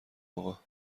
آقا